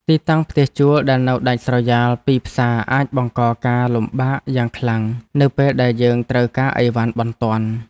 ទីតាំងផ្ទះជួលដែលនៅដាច់ស្រយាលពីផ្សារអាចបង្កការលំបាកយ៉ាងខ្លាំងនៅពេលដែលយើងត្រូវការអីវ៉ាន់បន្ទាន់។